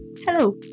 Hello